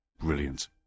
Brilliant